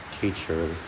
teacher